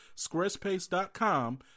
squarespace.com